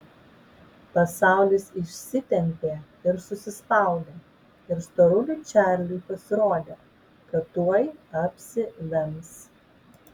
pasaulis išsitempė ir susispaudė ir storuliui čarliui pasirodė kad tuoj apsivems